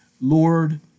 Lord